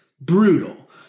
brutal